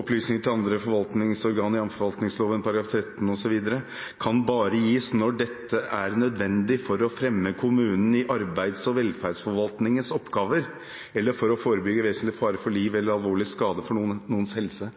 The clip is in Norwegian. «Opplysninger til andre forvaltningsorganer, jfr. forvaltningsloven § 13 kan bare gis når dette er nødvendig for å fremme kommunen i arbeids- og velferdsforvaltningens oppgaver, eller for å forebygge vesentlig fare for liv eller alvorlig skade for noens helse.»